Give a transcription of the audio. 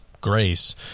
grace